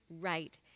right